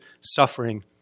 suffering